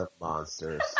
monsters